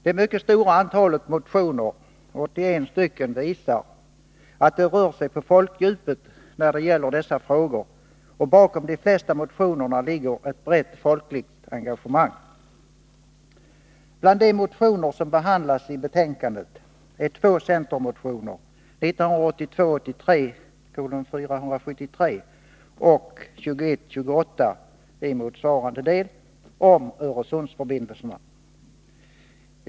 Det mycket stora antalet motioner — 81 stycken — visar att det rör sig på folkdjupet när det gäller dessa frågor, och bakom de flesta motionerna finns ett brett folkligt engagemang. Bland de motioner som behandlas i betänkandet är två centermotioner — 1982 83:2128 i motsvarande del — om Öresundsförbindelserna.